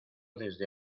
desde